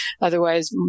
otherwise